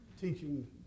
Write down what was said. teaching